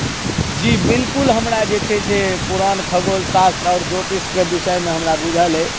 जी बिल्कुल हमरा जे छै से पुराण खगोल शास्त्र और ज्योतिषके विषयमे हमरा बुझल अहि